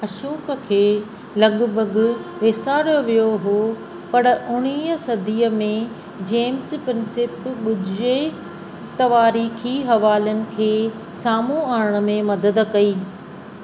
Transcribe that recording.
अशोक खे लॻिभॻि वेसारियो वियो हो पर उणिवीह सदीअ में जेम्स प्रिंसेप ॻुझे तवारीख़ी हवालनि खे साम्हू आणणु में मदद कई